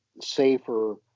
safer